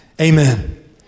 amen